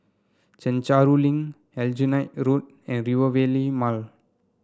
Chencharu Link Aljunied Road and Rivervale Mall